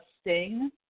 sting